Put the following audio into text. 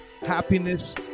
happiness